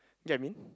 get I mean